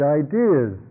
ideas